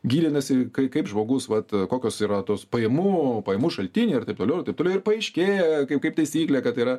gilinasi kai kaip žmogus vat kokios yra tos pajamų pajamų šaltiniai ir taip toliau ir taip toliau ir paaiškėja kaip kaip taisyklė kad yra